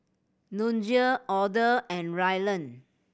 Nunzio Oda and Ryland